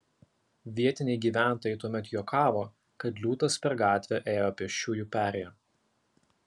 vietiniai gyventojai tuomet juokavo kad liūtas per gatvę ėjo pėsčiųjų perėja